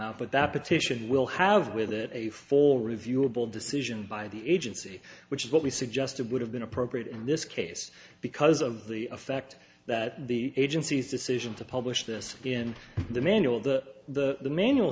out but that petition will have with it a full reviewable decision by the agency which is what we suggested would have been appropriate in this case because of the effect that the agencies decision to publish this in the manual that the manual